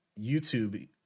YouTube